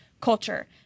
culture